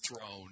throne